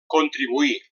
contribuí